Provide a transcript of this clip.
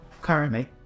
currently